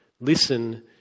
Listen